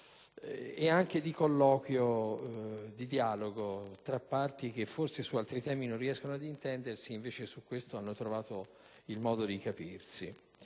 e anche di colloquio e di dialogo tra parti, che forse su altri temi non riescono ad intendersi e che invece su questo hanno trovato il modo di comprendersi.